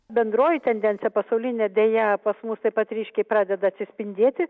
bendroji tendencija pasaulinė deja pas mus taip pat ryškiai pradeda atsispindėti